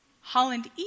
Holland